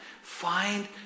Find